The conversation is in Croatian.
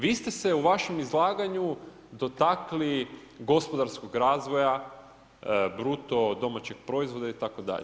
Vi ste se u vašem izlaganju dotakli gospodarskog razvoja bruto domaćeg proizvoda itd.